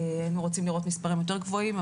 היינו רוצים לראות מספרים יותר גבוהים,